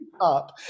up